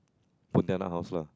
Pontianak house lah